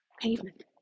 pavement